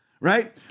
Right